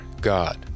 God